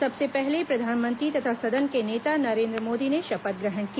सबसे पहले प्रधानमंत्री तथा सदन के नेता नरेन्द्र मोदी ने शपथ ग्रहण की